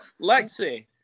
Lexi